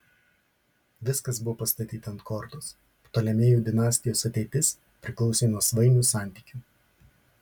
viskas buvo pastatyta ant kortos ptolemėjų dinastijos ateitis priklausė nuo svainių santykių